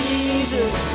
Jesus